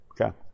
okay